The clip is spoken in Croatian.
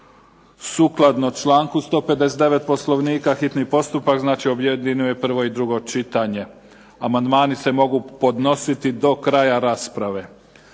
Sukladno članku 159. Poslovnika hitni postupak objedinjuje prvo i drugo čitanje. Amandmani se mogu podnositi do kraja rasprave.